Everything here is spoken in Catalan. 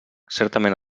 certament